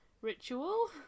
ritual